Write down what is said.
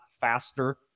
faster